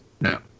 no